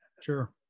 sure